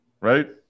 Right